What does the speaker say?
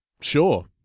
sure